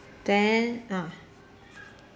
then ah